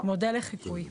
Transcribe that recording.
מודל לחיקוי.